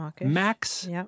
max